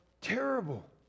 terrible